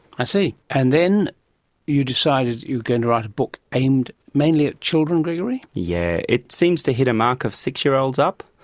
i see. and then you decided you going to write a book aimed mainly at children, gregory? yeah, it seems to hit a mark of six-year-olds up,